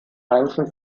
heimischen